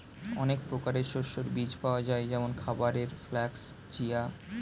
অনেক প্রকারের শস্যের বীজ পাওয়া যায় যেমন খাবারের ফ্লাক্স, চিয়া